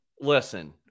Listen